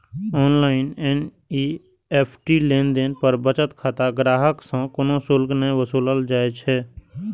online NEFT लेनदेन पर बचत खाता ग्राहक सं कोनो शुल्क नै वसूलल जाइ छै